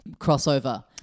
crossover